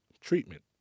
treatment